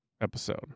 episode